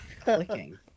clicking